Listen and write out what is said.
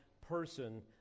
person